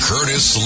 Curtis